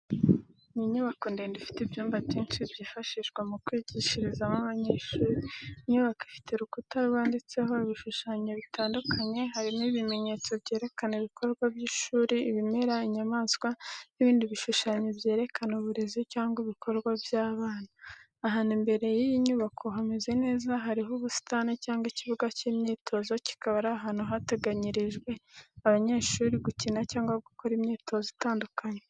Ni inyubako ndende ifite ibyumba byinshi, byifashishwa mu kwigishirizamo abanyeshuri. Inyubako ifite urukuta rwanditseho ibishushanyo bitandukanye, harimo ibimenyetso byerekana ibikorwa by’ishuri, ibimera, inyamaswa n’ibindi bishushanyo byerekana uburezi cyangwa ibikorwa by’abana. Ahantu imbere y’iyi nyubako hameze neza hariho ubusitani cyangwa ikibuga cy’imyitozo kikaba ari ahantu hateganyirijwe abanyeshuri gukina cyangwa gukora imyitozo itandukanye.